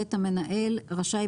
המנהל רשאי,